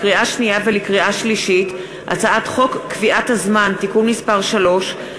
לקריאה שנייה ולקריאה שלישית: הצעת חוק קביעת הזמן (תיקון מס' 3),